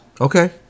Okay